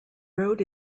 road